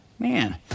man